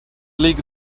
lick